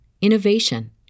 innovation